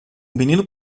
menino